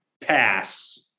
Pass